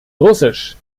russisch